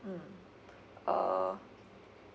mm uh